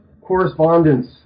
correspondence